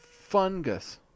Fungus